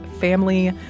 family